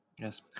Yes